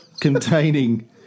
Containing